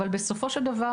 אבל בסופו של דבר,